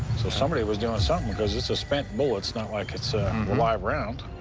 so somebody was doing something, because it's a spent bullet. it's not like it's a live round.